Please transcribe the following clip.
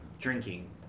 drinking